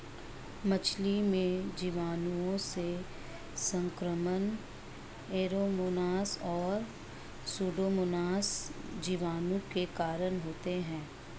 मछली में जीवाणुओं से संक्रमण ऐरोमोनास और सुडोमोनास जीवाणु के कारण होते हैं